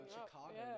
Chicago